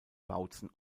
bautzen